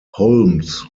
holmes